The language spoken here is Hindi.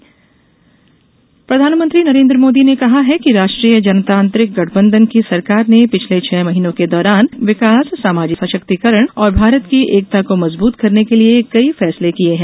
पीएम मोदी प्रधानमंत्री नरेन्द्र मोदी ने कहा है कि राष्ट्रीय जनतांत्रिक गठबंधन की सरकार ने पिछले छह महीनों के दौरान विकास सामाजिक सशक्तिकरण और भारत की एकता को मजबूत करने के लिए कई फैसले किये हैं